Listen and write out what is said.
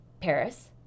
Paris